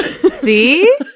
See